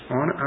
on